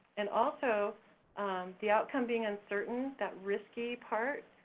and also the outcome being uncertain, that risky part,